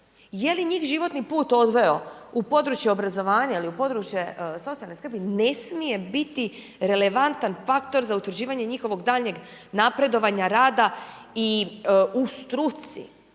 je li njih životni put odveo u područje obrazovanja ili područje socijalne skrbi, ne smije biti relevantan faktor za utvrđivanje njihovog daljnjeg napredovanja, rada u struci,